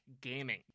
gaming